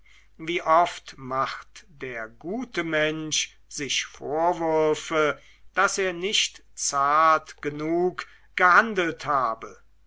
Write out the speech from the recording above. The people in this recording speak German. wie oft macht der gute mensch sich vorwürfe daß er nicht zart genug gehandelt habe